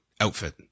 outfit